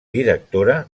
directora